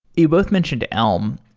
you both mentioned elm.